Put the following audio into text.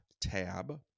tab